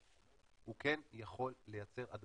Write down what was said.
הוא כן יכול לייצר הדבקה.